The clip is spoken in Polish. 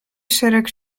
szereg